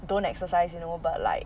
don't exercise you know but like